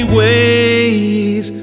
ways